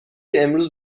امروز